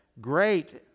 great